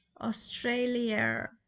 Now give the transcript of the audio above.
Australia